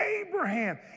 Abraham